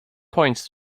points